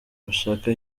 bashaka